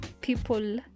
people